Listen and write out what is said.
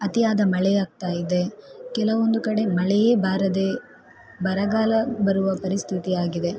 ಅತಿಯಾದ ಮಳೆಯಾಗ್ತಾಯಿದೆ ಕೆಲವೊಂದು ಕಡೆ ಮಳೆಯೇ ಬಾರದೆ ಬರಗಾಲ ಬರುವ ಪರಿಸ್ಥಿತಿಯಾಗಿದೆ